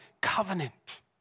covenant